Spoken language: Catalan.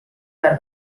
per